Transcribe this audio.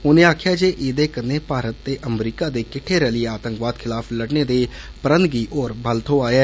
उनें आक्खेआ जे एह्दे कन्नै भारत ते अमरीका दे किट्ठै रलियै आतंकवाद खिलाफ लड़ने दे प्रण गी होर बल थ्होआ ऐ